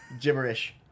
gibberish